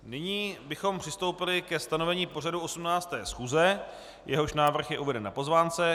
Nyní bychom přistoupili ke stanovení pořadu 18. schůze, jehož návrh je uveden na pozvánce.